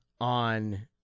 on